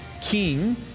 king